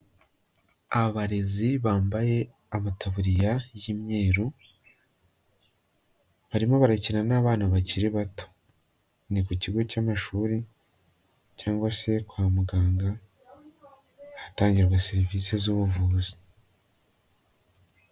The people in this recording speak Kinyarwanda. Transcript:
Abarezi bambaye amataburiya y'imyeru, barimo barakina n'abana bakiri bato, ni ku kigo cy'amashuri cyangwa se kwa muganga, ahatangirwa serivisi z'ubuvuzi.